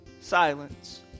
silence